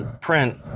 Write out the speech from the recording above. print